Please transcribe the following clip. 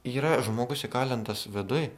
yra žmogus įkalintas viduj